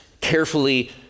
carefully